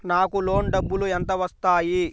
నాకు లోన్ డబ్బులు ఎంత వస్తాయి?